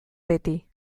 beti